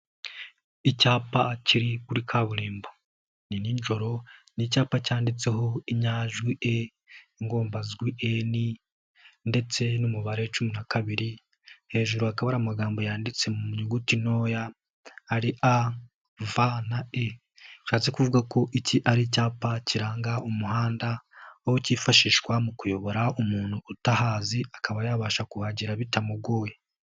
Icyapa kiri kuri kaburimbo ni nijoro n'icyapa cyanditseho inyajwi e, ingombajwi eni ndetse n'umubare cumi na kabiri, hejuru hakaba hari amagambo yanditse mu nyuguti ntoya ari a, v na e, bishatse kuvuga ko iki ari icyapa kiranga umuhanda, aho kifashishwa mu kuyobora umuntu utahazi akaba yabasha kuhagera bitamugoye.